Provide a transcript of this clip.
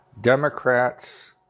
Democrats